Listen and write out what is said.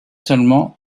seulement